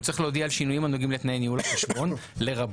הוא צריך להודיע "על שינויים הנוגעים לתנאי ניהול החשבון לרבות